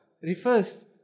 refers